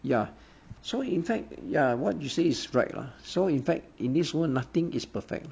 ya so in fact ya what you see is right lah so in fact in this world nothing is perfect